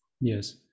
Yes